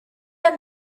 are